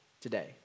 today